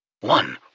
one